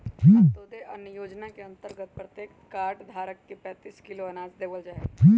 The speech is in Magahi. अंत्योदय अन्न योजना के अंतर्गत प्रत्येक कार्ड धारक के पैंतीस किलो अनाज देवल जाहई